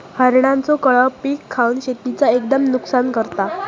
हरणांचो कळप पीक खावन शेतीचा एकदम नुकसान करता